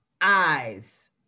eyes